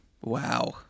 Wow